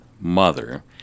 mother